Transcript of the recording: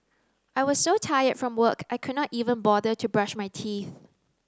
I was so tired from work I could not even bother to brush my teeth